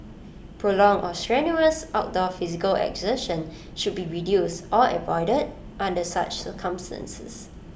prolonged or strenuous outdoor physical exertion should be reduced or avoided under such circumstances